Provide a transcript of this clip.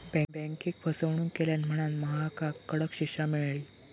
बँकेक फसवणूक केल्यान म्हणांन महकाक कडक शिक्षा मेळली